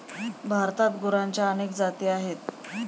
भारतात गुरांच्या अनेक जाती आहेत